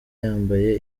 yambaye